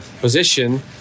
position